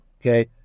Okay